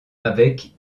avec